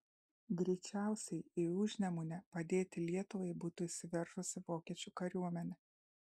greičiausiai į užnemunę padėti lietuvai būtų įsiveržusi vokiečių kariuomenė